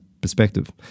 perspective